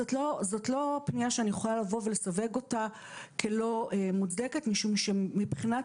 זאת לא פנייה שאני יכולה לסווג אותה כלא מוצדקת - משום שמבחינת